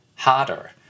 Harder